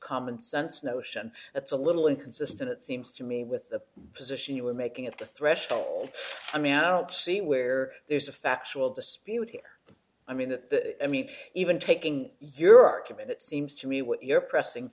commonsense notion that's a little inconsistent it seems to me with the position you were making at the threshold i mean i don't see where there's a factual dispute here i mean that i mean even taking your argument it seems to me what you're pressing